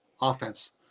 offense